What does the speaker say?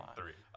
three